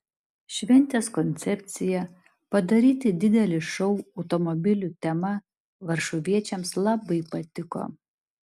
šventės koncepcija padaryti didelį šou automobilių tema varšuviečiams labai patiko